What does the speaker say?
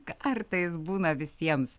kartais būna visiems